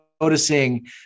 noticing